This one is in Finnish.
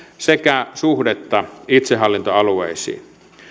sekä suhdetta itsehallintoalueisiin